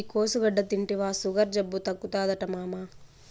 ఈ కోసుగడ్డ తింటివా సుగర్ జబ్బు తగ్గుతాదట మామా